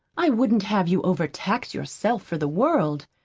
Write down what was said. i wouldn't have you overtax yourself for the world.